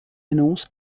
annonce